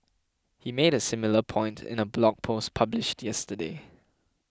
he made a similar point in a blog post published yesterday